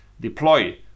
deploy